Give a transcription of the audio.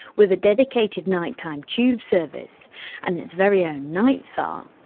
with a dedicated night-time tube service and its very own night tsar,